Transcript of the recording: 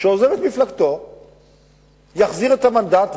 שעוזב את מפלגתו יחזיר את המנדט,